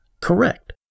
correct